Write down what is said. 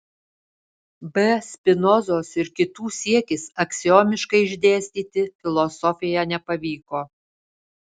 b spinozos ir kitų siekis aksiomiškai išdėstyti filosofiją nepavyko